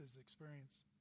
experience